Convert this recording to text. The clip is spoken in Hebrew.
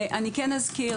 אני כן אזכיר